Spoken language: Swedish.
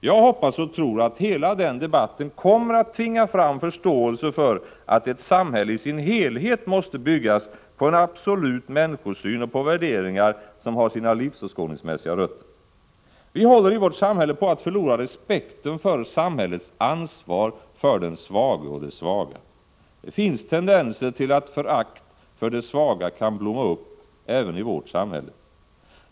Jag hoppas och tror att hela den debatten kommer att tvinga fram förståelse för att ett samhälle i sin helhet måste byggas på en absolut människosyn och på värderingar som har sina livsåskådningsmässiga rötter. Vi håller i vårt samhälle på att förlora respekten för samhällets ansvar för den svage och det svaga. Det finns tendenser till att förakt för det svaga kan blomma upp även i vårt samhälle.